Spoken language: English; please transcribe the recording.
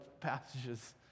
passages